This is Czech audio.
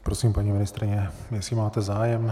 Prosím, paní ministryně, jestli máte zájem.